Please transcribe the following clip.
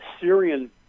Syrian